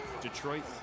Detroit